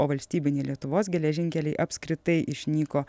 o valstybiniai lietuvos geležinkeliai apskritai išnyko